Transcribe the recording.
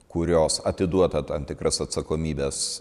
kurios atiduoda tam tikras atsakomybes